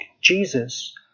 Jesus